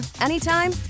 anytime